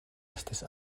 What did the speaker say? estis